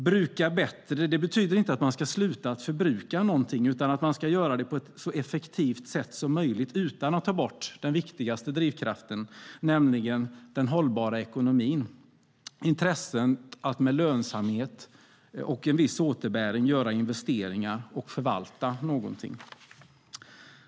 "Bruka bättre" betyder inte att man ska sluta förbruka någonting utan att man ska göra det på ett så effektivt sätt som möjligt utan att ta bort den viktigaste drivkraften, nämligen den hållbara ekonomin, det vill säga intresset av att med lönsamhet och en viss återbäring göra investeringar och förvalta någonting.